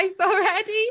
already